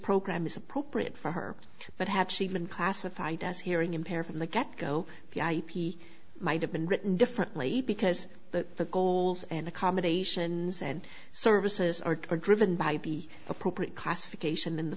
program is appropriate for her but had she been classified as hearing impaired from the get go the ip might have been written differently because the goals and accommodations and services are are driven by be appropriate classification in the